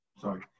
sorry